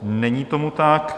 Není tomu tak.